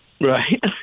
Right